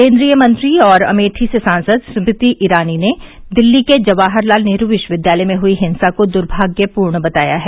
केंद्रीय मंत्री और अमेठी से सांसद स्मृति ईरानी ने दिल्ली के जवाहरलाल नेहरू विश्वविद्यालय में हुई हिंसा को दुर्भाग्यपूर्ण बताया है